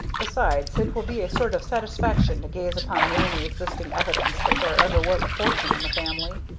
besides, it will be a sort of satisfaction to gaze upon the only existing evidence that there ever was a fortune in the family.